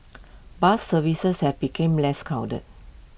bus services have become less crowded